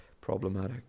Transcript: problematic